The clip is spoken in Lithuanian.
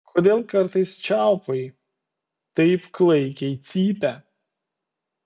kodėl kartais čiaupai taip klaikiai cypia